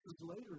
later